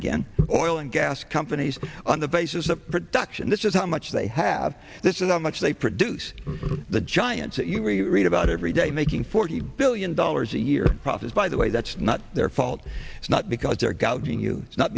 again oral and gas companies on the basis of production this is how much they have this is how much they produce the giants that you really read about every day making forty billion dollars a year profits by the way that's not their fault it's not because they're gouging you it's not